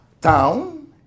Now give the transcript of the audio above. town